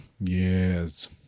yes